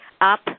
up